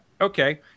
Okay